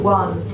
one